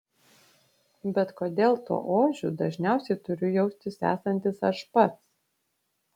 bet kodėl tuo ožiu dažniausiai turiu jaustis esantis aš pats